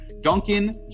Duncan